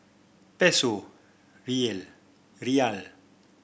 Peso Riel Riyal